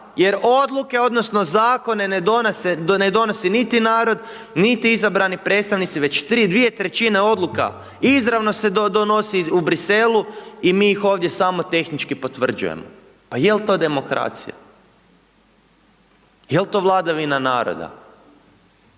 jer odluke, odnosno, zakone ne donosi niti narod, niti izabrani predstavnici, već 2/3 odluka, izravno se donose u Bruxellesu i mi ih ovdje samo tehnički potvrđujemo. Pa jel to demokracija? Jel to vladavina naroda?